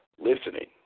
listening